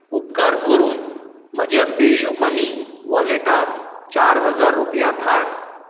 उपकार करून म्हज्या पे यू मनी वॉलेटांत चार हजाप रुपया धाड